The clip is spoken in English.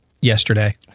yesterday